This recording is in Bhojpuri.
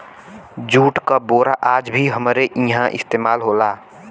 जूट क बोरा आज भी हमरे इहां इस्तेमाल होला